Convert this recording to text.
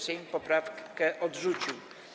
Sejm poprawkę odrzucił.